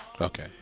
Okay